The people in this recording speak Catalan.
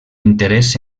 interès